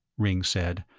ringg said,